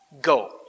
go